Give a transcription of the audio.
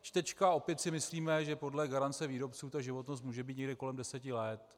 Čtečka opět si myslíme, že podle garance výrobců životnost může být někde kolem deseti let.